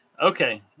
Okay